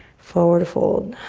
forward fold.